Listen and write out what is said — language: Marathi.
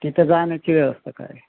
तिथं जाण्याची व्यवस्था काय